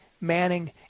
Manning